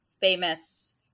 famous